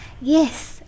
yes